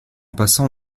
passant